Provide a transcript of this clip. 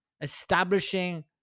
establishing